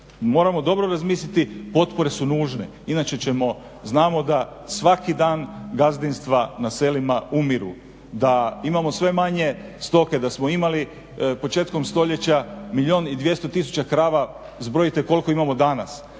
moramo dobro razmisliti potpore su nužne inače znamo da svaki dan gazdinstva na selima umiru, da imamo sve manje stoke, da smo imali početkom stoljeća milijun i 200 tisuća krava, zbrojite koliko imamo danas,